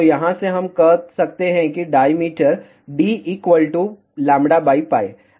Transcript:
तो यहां से हम कह सकते हैं डाईमीटर D λπ